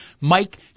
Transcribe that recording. Mike